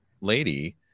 lady